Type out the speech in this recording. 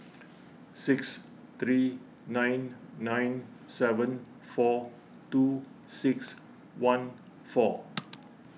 six three nine nine seven four two six one four